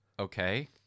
Okay